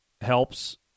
helps